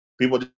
people